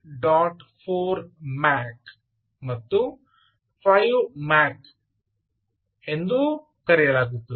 4 MAC ಮತ್ತು 5 MAC ಎಂದೂ ಕರೆಯಲಾಗುತ್ತದೆ